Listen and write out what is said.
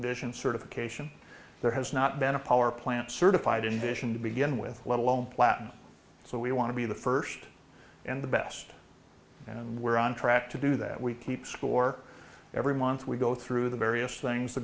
addition certification there has not been a power plant certified in vision to begin with let alone platinum so we want to be the first and the best and we're on track to do that we keep score every month we go through the various things the